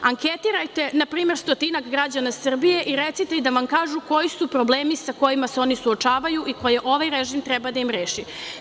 Anketirajte na primer stotinak građana Srbije i recite vam kažu koji su problemi sa kojima se oni suočavaju i koje ovaj režim treba da im reši.